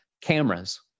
cameras